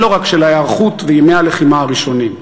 ולא רק של ההיערכות וימי הלחימה הראשונים.